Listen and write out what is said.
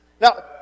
Now